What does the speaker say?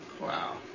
Wow